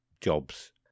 jobs